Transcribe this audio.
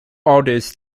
artist